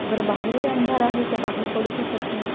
बरं बाहेरही अंधार आहे तर बाहेर पडू शकत नाही